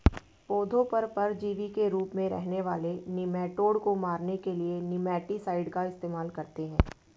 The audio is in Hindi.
पौधों पर परजीवी के रूप में रहने वाले निमैटोड को मारने के लिए निमैटीसाइड का इस्तेमाल करते हैं